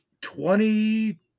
Twenty